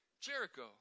Jericho